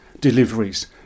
deliveries